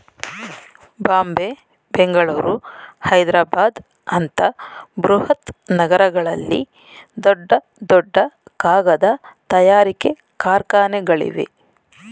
ಬಾಂಬೆ, ಬೆಂಗಳೂರು, ಹೈದ್ರಾಬಾದ್ ಅಂತ ಬೃಹತ್ ನಗರಗಳಲ್ಲಿ ದೊಡ್ಡ ದೊಡ್ಡ ಕಾಗದ ತಯಾರಿಕೆ ಕಾರ್ಖಾನೆಗಳಿವೆ